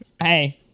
hey